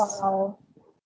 !wow!